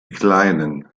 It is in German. kleinen